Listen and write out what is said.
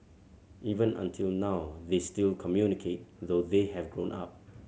even until now they still communicate though they have grown up